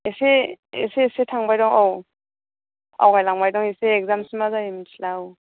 एसे एसे एसे थांबाय दं औ आवगायलांबाय दं एसे एकजामसिम मा जायो मिथिला औ